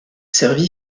servi